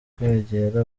kwegera